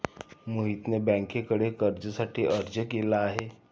मोहितने बँकेकडे कर्जासाठी अर्ज केला आहे